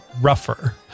rougher